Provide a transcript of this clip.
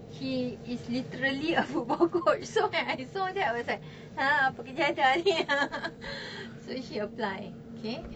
she is literally a football coach so when I saw that I was like !huh! apa kejadah ni so she apply K